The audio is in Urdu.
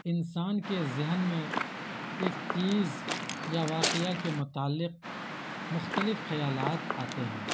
انسان کے ذہن میں ایک چیز یا واقعہ کے متعلق مختلف خیالات آتے ہیں